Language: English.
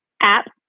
app